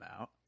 out